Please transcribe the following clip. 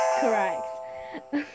Correct